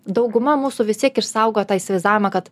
dauguma mūsų vis tiek išsaugojo tą įsivaizdavimą kad